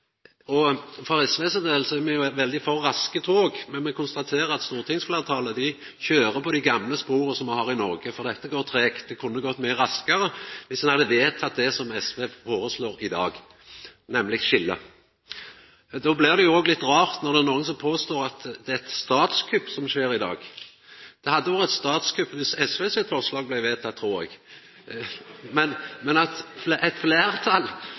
For SV sin del er me jo veldig for raske tog, men me konstaterer at stortingsfleirtalet kjører på dei gamle spora me har i Noreg, for dette går tregt. Det kunne gått mykje raskare viss ein hadde vedteke det SV foreslår i dag, nemleg skilje. Då blir det òg litt rart når det er nokon som påstår at det er eit statskupp som skjer i dag. Det hadde vore eit statskupp viss SV sitt forslag blei vedteke, trur eg, men at eit